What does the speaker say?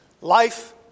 Life